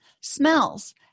Smells